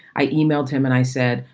i emailed him and i said,